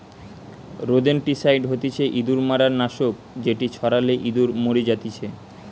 rodenticide হতিছে ইঁদুর মারার নাশক যেটি ছড়ালে ইঁদুর মরি জাতিচে